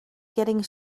getting